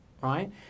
right